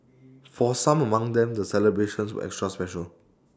for some among them the celebrations were extra special